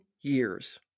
years